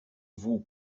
voue